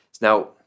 Now